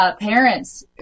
Parents